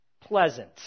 pleasant